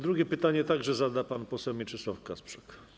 Drugie pytanie także zada pan poseł Mieczysław Kasprzak.